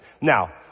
now